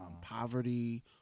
poverty